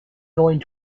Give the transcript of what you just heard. going